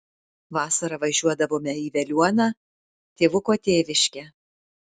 vasarą važiuodavome į veliuoną tėvuko tėviškę